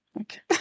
okay